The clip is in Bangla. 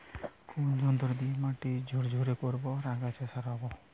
কোন যন্ত্র দিয়ে মাটি ঝুরঝুরে করব ও আগাছা সরাবো?